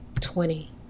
twenty